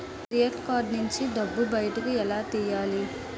Credit card నుంచి డబ్బు బయటకు ఎలా తెయ్యలి?